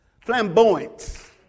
flamboyant